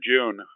June